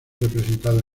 representado